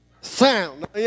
Sound